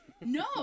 No